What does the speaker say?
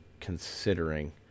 considering